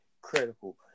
critical